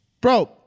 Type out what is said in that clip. Bro